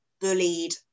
bullied